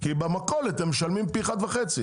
זה מכיוון שבמכולת הם משלמים פי אחד וחצי.